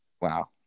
Wow